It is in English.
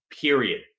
period